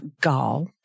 Gall